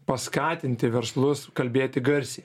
paskatinti verslus kalbėti garsiai